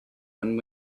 and